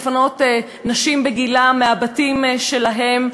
לפנות נשים בגילה מהבתים שלהם,